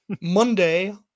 Monday